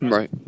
Right